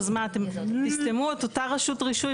אז מה אתם תסתמו את אותה רשות רישוי